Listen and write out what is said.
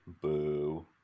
Boo